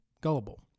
gullible